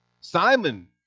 Simon